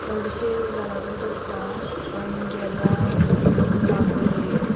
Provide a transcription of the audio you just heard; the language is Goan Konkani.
चडशे घरा कडेच आसता पण गेल्यार दाबोले